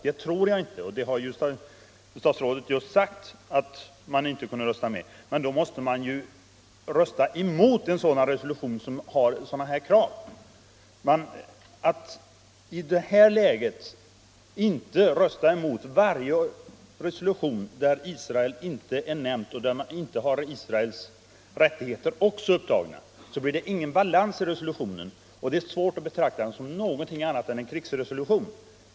Det tror jag inte, och statsrådet har just sagt att man inte kunde rösta för resolutionen. Men man måste ju rösta mot en resolution som innehåller sådana krav. Om man i det här läget inte röstar mot varje resolution där Israel inte är nämnt och där inte också Israels rättigheter är upptagna, blir det ingen balans i ställningstagandet. Det är svårt att betrakta denna resolution som något annat än en krigsresolution.